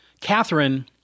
Catherine